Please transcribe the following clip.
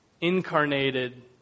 incarnated